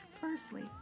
Firstly